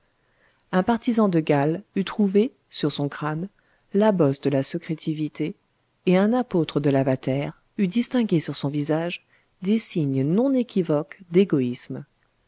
un partisan de gall eût trouvé sur son crâne la bosse de la secrétivité et un apôtre de lavater eût distingué sur son visage des signes non équivoques d'égoïsme